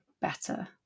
better